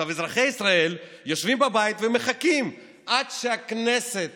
עכשיו אזרחי ישראל יושבים בבית ומחכים עד שהכנסת